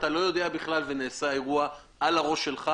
אתה לא יודע בכלל ונעשה אירוע על הראש שלך,